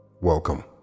Welcome